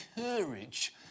courage